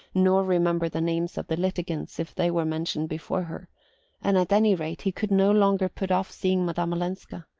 nor remember the names of the litigants if they were mentioned before her and at any rate he could no longer put off seeing madame olenska.